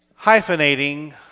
hyphenating